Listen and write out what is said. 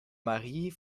marie